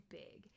big